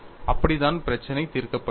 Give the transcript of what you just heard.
அப்படித்தான் பிரச்சினை தீர்க்கப்படுகிறது